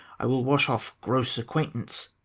i will wash off gross acquaintance,